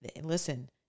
Listen